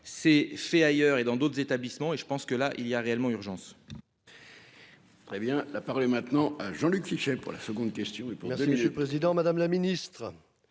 s'est fait ailleurs et dans d'autres établissements et je pense que là il y a réellement urgence. Très bien. La parole est maintenant Jean-Luc Fichet, pour la seconde question. Merci, monsieur le Président Madame la Ministre.